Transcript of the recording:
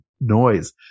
noise